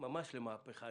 ממש למהפכה.